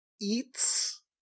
eats